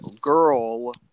girl